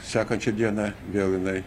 sekančią dieną vėl jinai